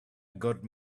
got